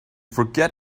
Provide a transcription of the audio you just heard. forget